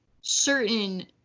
certain